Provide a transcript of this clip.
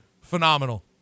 phenomenal